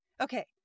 Okay